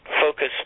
focus